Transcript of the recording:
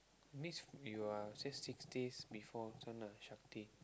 means you are just six days before Shakti